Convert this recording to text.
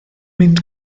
mynd